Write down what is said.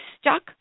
stuck